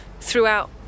throughout